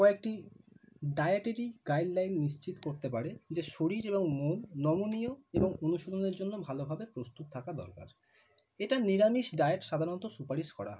কয়েকটি dietary guideline নিশ্চিত করতে পারে যে শরীর এবং মন নমনীয় এবং অনুশীলনের জন্য ভালোভাবে প্রস্তুত থাকা দরকার এটা নিরামিষ ডায়েট সাধরণত সুপারিশ করা হয়